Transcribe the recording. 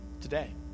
today